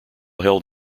held